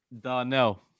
Darnell